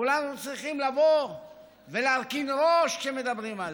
כולנו צריכים לבוא ולהרכין ראש כשמדברים עליהם.